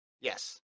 Yes